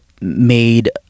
made